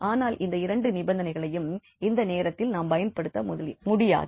ஆனால் இந்த இரண்டு நிபந்தனைகளையும் இந்த நேரத்தில் நாம் பயன்படுத்த முடியாது